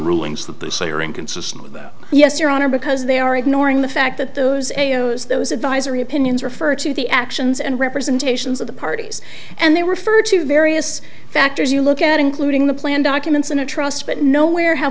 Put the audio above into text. rulings that they say are inconsistent with oh yes your honor because they are ignoring the fact that those ayos those advisory opinions refer to the actions and representations of the parties and they refer to various factors you look at including the plan documents in a trust but nowhere h